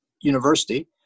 University